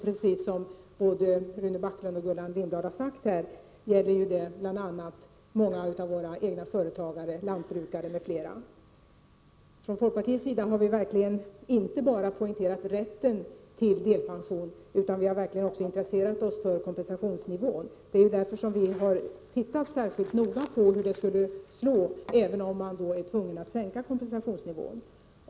Precis som både Rune Backlund och Gullan Lindblad har sagt här i debatten gäller ju detta bl.a. många av våra egenföretagare, lantbrukare m.fl. Från folkpartiets sida har vi verkligen inte bara poängterat rätten till delpension, utan också intresserat oss för kompensationsnivån. Det är därför som vi särskilt har studerat hur effekterna skulle bli om vi skulle bli tvungna att sänka kompensationsnivån.